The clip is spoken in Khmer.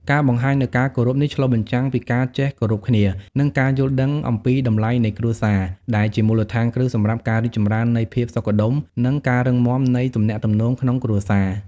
ការបង្ហាញនូវការគោរពនេះឆ្លុះបញ្ចាំងពីការចេះគោរពគ្នា និងការយល់ដឹងអំពីតម្លៃនៃគ្រួសារ ដែលជាមូលដ្ឋានគ្រឹះសម្រាប់ការរីកចម្រើននៃភាពសុខដុម និងការរឹងមាំនៃទំនាក់ទំនងក្នុងគ្រួសារ។